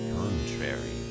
contrary